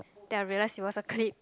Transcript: then I realised it was a clip